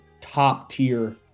top-tier